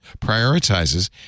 prioritizes